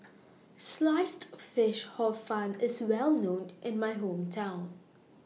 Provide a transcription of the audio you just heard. Sliced Fish Hor Fun IS Well known in My Hometown